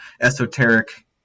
esoteric